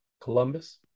Columbus